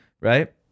right